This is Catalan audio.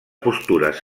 postures